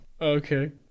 Okay